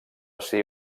ser